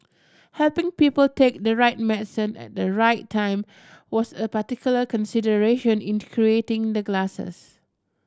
helping people take the right medicine at the right time was a particular consideration in creating the glasses